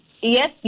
yes